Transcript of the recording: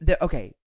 okay